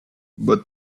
but